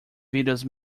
videos